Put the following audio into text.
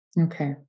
Okay